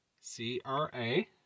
C-R-A